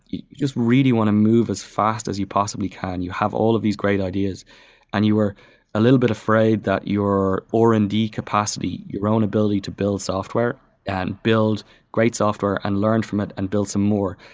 you just really want to move as fast as you possibly can. you have all of these great ideas and you are a little bit afraid that your r and d capacity, your own ability to build software and build great software and learn from it and build some more,